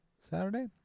Saturday